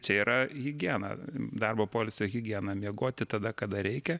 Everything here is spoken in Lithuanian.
čia yra higiena darbo poilsio higiena miegoti tada kada reikia